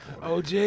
OG